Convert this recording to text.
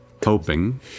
Coping